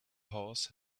horse